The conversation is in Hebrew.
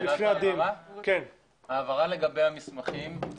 הבהרה לגבי המסמכים.